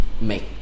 make